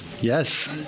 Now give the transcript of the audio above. Yes